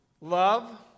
Love